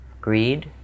greed